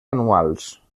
anuals